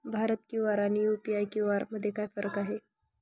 Bharat QR आणि UPI QR मध्ये काय फरक आहे?